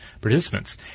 participants